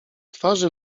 twarzy